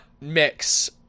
mix